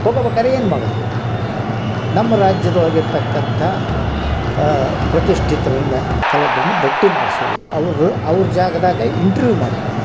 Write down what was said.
ಹೋಗ ಬೇಕಾರ್ ಏನು ಮಾಡೋದು ನಮ್ಮ ರಾಜ್ಯದೊಳಗೆ ಇರತಕ್ಕಂಥ ಪ್ರತಿಷ್ಠಿತರನ್ನ ಕೆಲ ಒಬ್ಬರನ್ನ ಭೆಟ್ಟಿ ಮಾಡಿಸೋದು ಅವರು ಅವ್ರ ಜಾಗದಾಗ ಇಂಟ್ರುವ್ಯೂ ಮಾಡೋದು